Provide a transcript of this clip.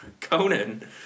Conan